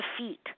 defeat